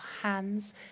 hands